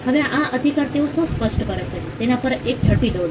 હવે આ અધિકાર તેઓ શું સ્પષ્ટ કરે છે તેના પર એક ઝડપી દોડ